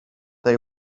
they